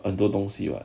很多东西 [what]